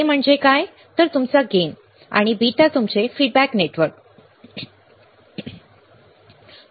A म्हणजे काय तुमचा गेन फायदा आहे आणि बीटा तुमचे फीडबॅक नेटवर्क बरोबर आहे